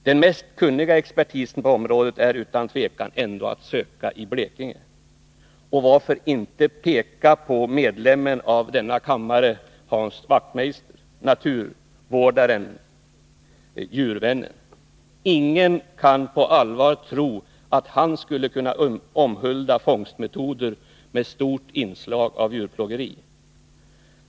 Den mest kunniga expertisen på området är utan tvivel ändå att söka i Blekinge, och varför inte peka på medlemmen av denna kammare Hans Wachtmeister, naturvårdaren och djurvännen. Ingen kan på allvar tro att han skulle kunna omhulda fångstmetoder med stort inslag av djurplågeri.